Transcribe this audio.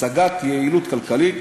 השגת יעילות כלכלית,